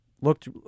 looked